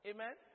Amen